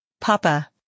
Papa